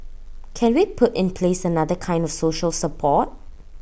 can we put in place another kind of social support